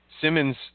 Simmons